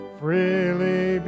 freely